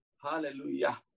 hallelujah